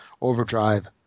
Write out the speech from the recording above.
Overdrive